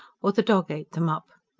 or the dog ate them up.